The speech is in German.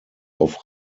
auf